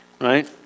Right